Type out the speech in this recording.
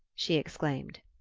she exclaimed.